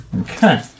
okay